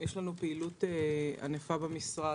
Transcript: יש לנו פעילות ענפה במשרד